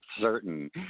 certain